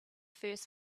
first